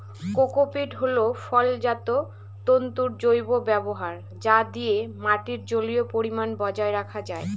cocopeat হল ফলজাত তন্তুর জৈব ব্যবহার যা দিয়ে মাটির জলীয় পরিমান বজায় রাখা যায়